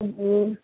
हजुर